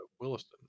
Williston